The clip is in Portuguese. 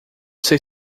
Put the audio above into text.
sei